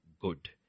good